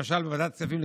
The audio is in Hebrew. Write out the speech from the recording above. למשל בוועדת כספים,